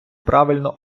правильно